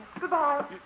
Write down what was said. Goodbye